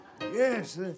yes